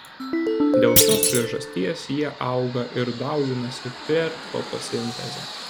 dėl šios priežasties jie auga ir dauginasi per fotosintezę